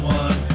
one